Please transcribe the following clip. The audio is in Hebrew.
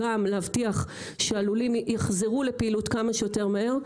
גם להבטיח שהלולים יחזרו לפעילות כמה שיותר מהר,